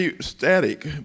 static